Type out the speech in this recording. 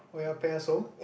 Oya beh ya som